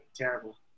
terrible